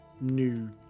new